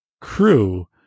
crew